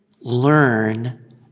learn